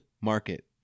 Market